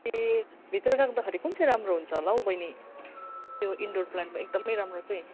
ए भित्र राख्दाखेरि कुन चाहिँ राम्रो हुन्छ होला हौ बहिनी यो इन्डोर प्लान्टमा एकदमै राम्रो चाहिँ